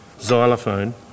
xylophone